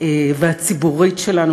והציבורית שלנו,